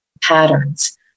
patterns